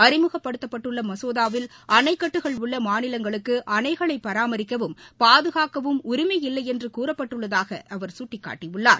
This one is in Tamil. அறிமுகப்படுத்தப்பட்டுள்ள மசோதாவில் அணைக்கட்டுகள் உள்ள மாநிலங்களுக்கு அணைகளை பராமரிக்கவும் பாதுகாக்கவும் உரிமை இல்லை என்று கூறப்பட்டுள்ளதாக அவர் சுட்டிக்காட்டியுள்ளார்